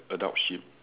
adult sheep